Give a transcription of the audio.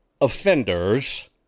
offenders